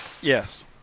Yes